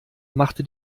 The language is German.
machte